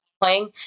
playing